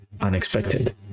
unexpected